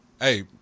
hey